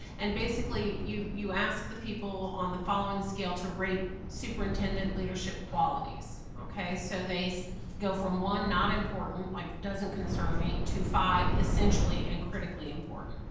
and basically you you ask the people on the following scale to rate superintendent leadership qualities. so they so go from one, not important, like doesn't concern me, to five, essentially and critically important.